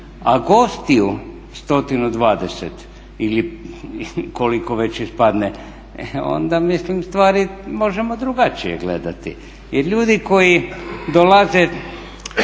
a gostiju 120 ili koliko već ispadne, e onda mislim stvari možemo drugačije gledati. Jer ljudi koji dolaze